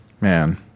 Man